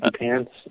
pants